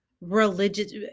religious